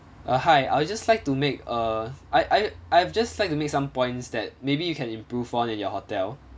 uh hi I'll just like to make a I I I've just like to make some points that maybe you can improve on in your hotel